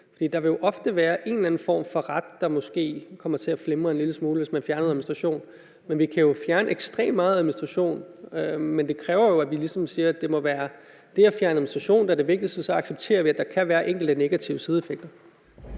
en eller anden form for ret, der måske kommer til at flimre en lille smule, hvis man fjerner noget administration. Vi kan fjerne ekstremt meget administration, men det kræver jo, at vi ligesom siger, at det må være det at fjerne administration, der er det vigtigste, og så accepterer vi, at der kan være enkelte negative sideeffekter.